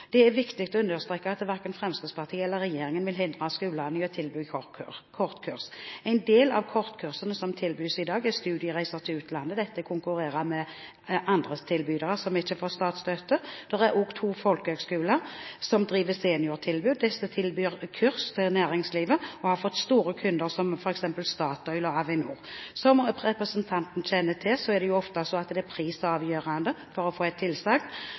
Det er viktig å understreke at verken Fremskrittspartiet eller regjeringen vil hindre skolene i å tilby kortkurs. En del av kortkursene som tilbys i dag, er studiereiser til utlandet. Dette konkurrerer med andre tilbydere, som ikke får statsstøtte. Det er også to folkehøgskoler som driver seniortilbud. Disse tilbyr kurs til næringslivet og har fått store kunder som f.eks. Statoil og Avinor. Som representanten kjenner til, er det ofte slik at det er prisen som er avgjørende for å få